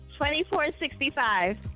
2465